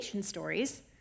stories